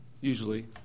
usually